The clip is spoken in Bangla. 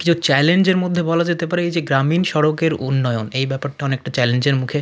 কিছু চ্যালেঞ্জের মধ্যে বলা যেতে পারে এই যে গ্রামীণ সড়কের উন্নয়ন এই ব্যাপারটা অনেকটা চ্যালেঞ্জের মুখে